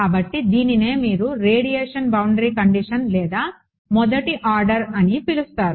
కాబట్టి దీనినే మీరు రేడియేషన్ బౌండరీ కండిషన్ లేదా 1వ ఆర్డర్ అని పిలుస్తారు